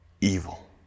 evil